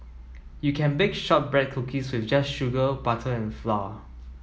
you can bake shortbread cookies just sugar butter and flour